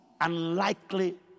unlikely